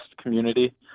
community